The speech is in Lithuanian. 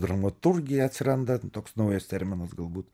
dramaturgija atsiranda toks naujas terminas galbūt